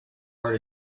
heart